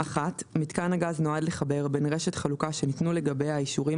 (1)מיתקן הגז נועד לחבר בין רשת חלוקה שניתנו לגביה האישורים